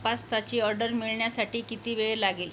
पास्ताची order मिळण्यासाठी किती वेळ लागेल